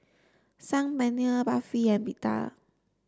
Saag Paneer Barfi and Pita